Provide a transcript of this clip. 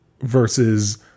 versus